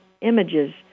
images